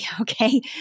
okay